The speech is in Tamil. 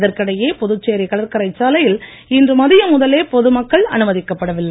இதற்கிடையே புதுச்சேரி கடற்கரை சாலையில் இன்று மதியம் முதலே பொதுமக்கள் அனுமதிக்கப் படவில்லை